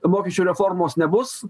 mokesčių reformos nebus